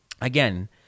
Again